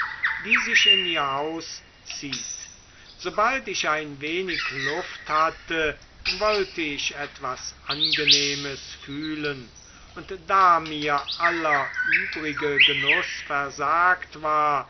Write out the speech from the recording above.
die sich in ihr haus zieht sobald ich ein wenig luft hatte wollte ich etwas angenehmes fühlen und da mir aller übrige genuß versagt war